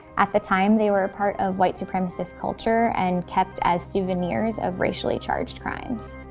at the time they were a part of white supremacist culture, and kept as souvenirs of racially charged crimes.